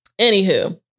anywho